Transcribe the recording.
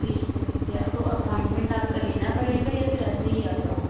ٹھیک ہے ٹھیک ہے تو اپائنمنٹ آپ کا لینا پڑے گا یا پھر ایسے ہی آ جاؤں